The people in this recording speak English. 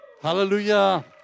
Hallelujah